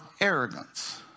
arrogance